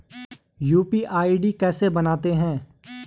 UPI ID कैसे बनाते हैं?